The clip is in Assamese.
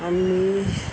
আমি